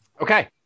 Okay